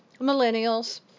Millennials